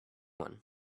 one